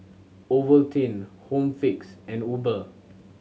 Ovaltine Home Fix and Uber